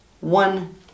one